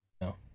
no